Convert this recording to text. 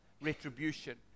retribution